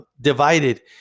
divided